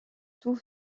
tout